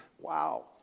Wow